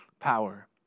power